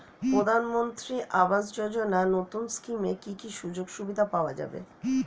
প্রধানমন্ত্রী আবাস যোজনা নতুন স্কিমে কি কি সুযোগ সুবিধা পাওয়া যাবে?